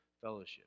fellowship